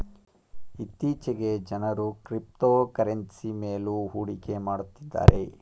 ಇತ್ತೀಚೆಗೆ ಜನರು ಕ್ರಿಪ್ತೋಕರೆನ್ಸಿ ಮೇಲು ಹೂಡಿಕೆ ಮಾಡುತ್ತಿದ್ದಾರೆ